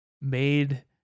made